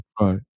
Right